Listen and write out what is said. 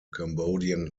cambodian